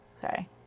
Sorry